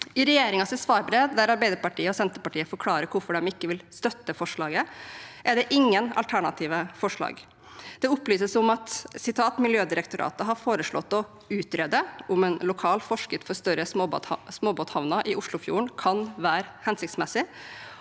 I regjeringens svarbrev, der Arbeiderpartiet og Senterpartiet forklarer hvorfor de ikke vil støtte forslaget, er det ingen alternative forslag. Det opplyses om at Miljødirektoratet har «foreslått å utrede om en lokal forskrift for større småbåthavner/opplagsplasser i Oslofjorden kan være hensiktsmessig».